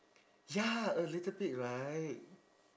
ya a little bit right